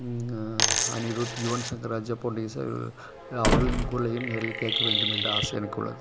அனிருத் யுவன் சங்கர் ராஜா போன்ற இசை அவர்களின் குரலையும் நேரில் கேட்க வேண்டுமென்ற ஆசை எனக்கு உள்ளது